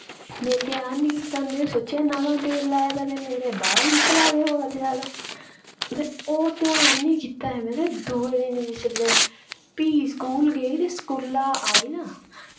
में ध्यान नि कीता में सोचेआ नमां तेल लाए दा ते मेरे बाल निकलै दे और जैदा ते ओह् ध्यान निं कीता ऐ में ते दूए दिन जिसलै फ्ही स्कूल गे ते स्कूला आई ना